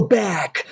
back